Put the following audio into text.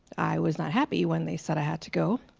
i was not happy when they said i had to go.